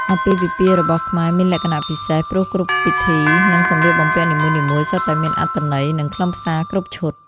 អាពាហ៍ពិពាហ៍របស់ខ្មែរមានលក្ខណៈពិសេស ព្រោះគ្រប់ពិធី និងសម្លៀកបំពាក់នីមួយៗសុទ្ធតែមានអត្ថន័យ និងខ្លឹមសារគ្រប់ឈុត។